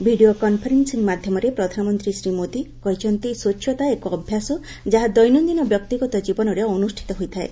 video conferencing ମାଧ୍ୟମରେ ପ୍ରଧାନମନ୍ତ୍ରୀ ଶ୍ରୀ ମୋଦି କହିଛନ୍ତି ସ୍ପଚ୍ଛତା ଏକ ଅଭ୍ୟାସ ଯାହା ଦୈନନ୍ଦିନ ବ୍ୟକ୍ତିଗତ ଜୀବନରେ ଅନୁଷ୍ଠିତ ହୋଇଥାଏ